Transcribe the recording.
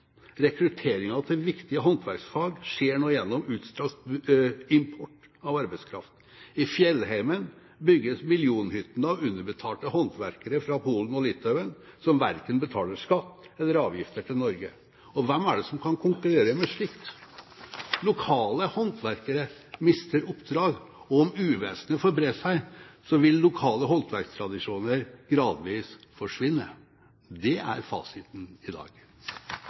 til viktige håndverksfag skjer nå gjennom utstrakt import av arbeidskraft. I fjellheimen bygges millionhyttene av underbetalte håndverkere fra Polen og Litauen, som verken betaler skatt eller avgifter til Norge. Hvem er det som kan konkurrere med slikt? Lokale håndverkere mister oppdrag, og om uvesenet får bre seg, vil lokale håndverkstradisjoner gradvis forsvinne. Det er fasiten i dag.